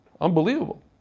Unbelievable